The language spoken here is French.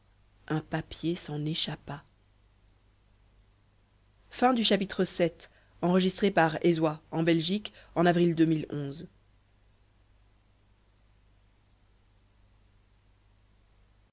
un papier s'en échappa